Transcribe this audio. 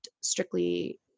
strictly